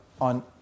on